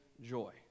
joy